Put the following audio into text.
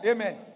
Amen